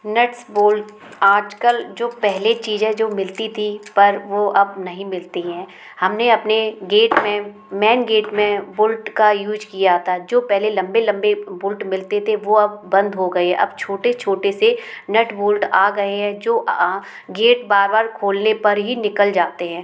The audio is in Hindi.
नट्स बोल्ट आज कल जो पहले चीज़ें जो मिलती थी पर वो अब नहीं मिलती हैं हम ने अपने गेट में मैन गेट में बोल्ट का यूज किया था जो पहले लंबे लंबे बोल्ट मिलते थे वो अब बंद हो गए हैं अब छोटे छोटे से नट बोल्ड आ गए हैं जो गेट बारबार खोलने पर ही निकल जाते हैं